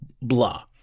Blah